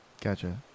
Gotcha